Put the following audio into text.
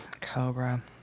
Cobra